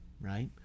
Right